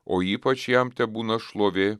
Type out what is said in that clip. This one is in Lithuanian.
o ypač jam tebūna šlovė